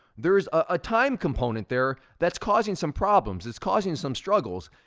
there's a time component there, that's causing some problems. it's causing some struggles,